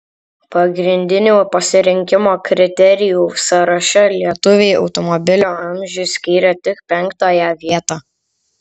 pagrindinių pasirinkimo kriterijų sąraše lietuviai automobilio amžiui skyrė tik penktąją vietą